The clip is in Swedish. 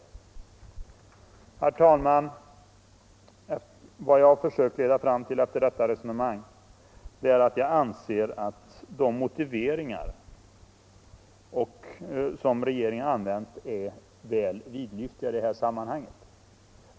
Herr talman! Vad jag har försökt leda fram till i detta resonemang är att jag anser att de motiveringar som regeringen använt är väl vidlyftiga i det här sammanhanget.